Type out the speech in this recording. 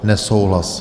Nesouhlas.